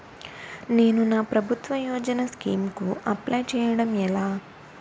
నేను నా ప్రభుత్వ యోజన స్కీం కు అప్లై చేయడం ఎలా?